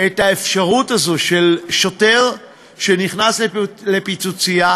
את האפשרות הזו של שוטר שנכנס לפיצוצייה